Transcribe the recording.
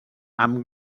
amb